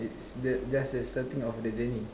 it's that's the starting of the journey